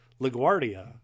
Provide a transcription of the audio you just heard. LaGuardia